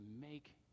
make